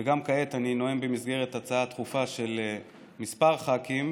וגם כעת אני נואם במסגרת הצעה דחופה של כמה ח"כים,